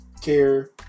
Care